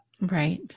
Right